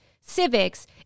civics